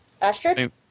Astrid